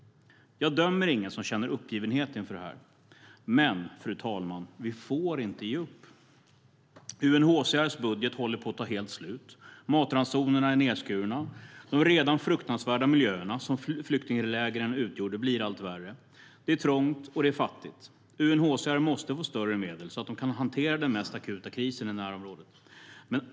Jag dömer ingen som känner uppgivenhet inför detta. Men, fru talman, vi får inte ge upp. UNHCR:s budget håller på att ta helt slut. Matransonerna är nedskurna. De redan fruktansvärda miljöerna som flyktinglägren utgör blir allt värre. Det är trångt, och det är fattigt. UNHCR måste få mer medel så att de kan hantera den mest akuta krisen i närområdet.